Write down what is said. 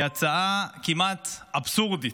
היא הצעה כמעט אבסורדית.